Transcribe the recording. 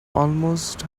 almost